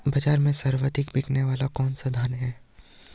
बाज़ार में सर्वाधिक बिकने वाला कौनसा धान है?